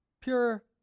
pure